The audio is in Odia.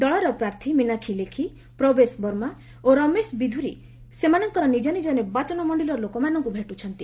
ଦଳର ପ୍ରାର୍ଥୀ ମିନାକ୍ଷୀ ଲେଖି ପ୍ରବେଶ ବର୍ମା ଓ ରମେଶ ବିଧୁରୀ ସେମାନଙ୍କର ନିଜ ନିଜ ନିର୍ବାଚନ ମଣ୍ଡଳୀର ଲୋକମାନଙ୍କୁ ଭେଟୁଛନ୍ତି